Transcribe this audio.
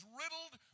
riddled